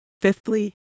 Fifthly